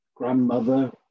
Grandmother